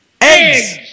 Eggs